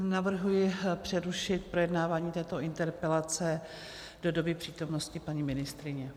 Navrhuji přerušit projednávání této interpelace do doby přítomnosti paní ministryně.